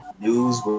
News